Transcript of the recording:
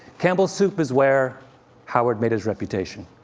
campbell's soup is where howard made his reputation.